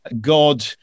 God